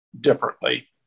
differently